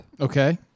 Okay